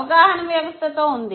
అవగాహన వ్యవస్థతో ఉంది